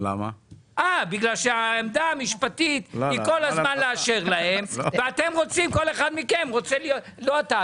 כי העמדה המשפטית היא כל הזמן לאשר להם וכל אחד מכם רוצה לא אתה,